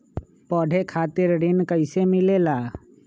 पढे खातीर ऋण कईसे मिले ला?